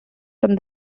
from